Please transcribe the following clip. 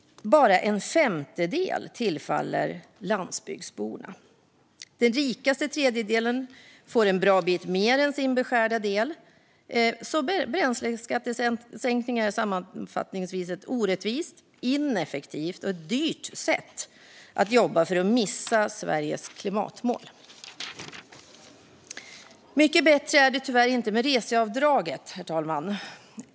Bara en femtedel tillfaller landsbygdsborna. Den rikaste tredjedelen får en bra bit mer än sin beskärda del. Sammanfattningsvis är bränsleskattesänkningarna ett orättvist, ineffektivt och dyrt sätt att jobba för att missa Sveriges klimatmål. Mycket bättre är det tyvärr inte med reseavdraget, herr talman.